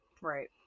Right